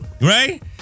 right